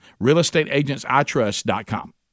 Realestateagentsitrust.com